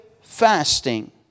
fasting